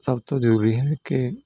ਸਭ ਤੋਂ ਜ਼ਰੂਰੀ ਹੈ ਕਿ